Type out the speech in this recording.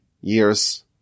years